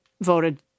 voted